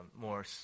more